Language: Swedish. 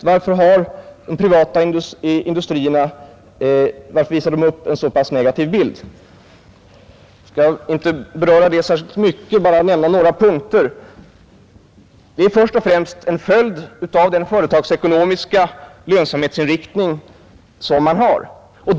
Varför visar de privata industrierna upp en så pass negativ bild? Jag skall endast nämna några punkter. Det är först och främst en följd av den företagsekonomiska lönsamhetsinriktning som företagen har.